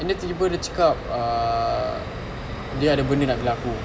and then tiba-tiba dia cakap err dia ada benda nak bilang aku